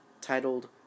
titled